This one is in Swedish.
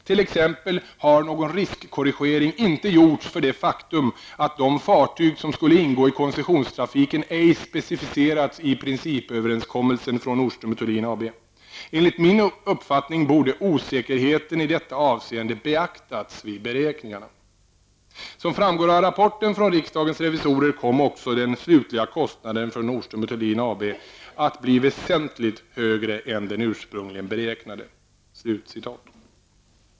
T.ex. har någon riskkorrigering inte gjorts för det faktum att de fartyg som skulle ingå i koncessionstrafiken ej specificerats i principöverenskommelsen från Nordström & Thulin AB. Enligt min uppfattning borde osäkerheten i detta avseende beaktats vid beräkningarna. Som framgår av rapporten från riksdagens revisorer kom också den slutliga kostnaden för Nordström & Thulin AB att bli väsentligt högre än den ursprungligen beräknade.''